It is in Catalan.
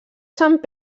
sant